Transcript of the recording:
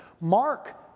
Mark